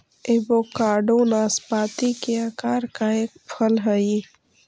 avocado नाशपाती के आकार का एक फल हई